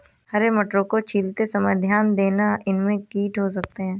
हरे मटरों को छीलते समय ध्यान देना, इनमें कीड़े हो सकते हैं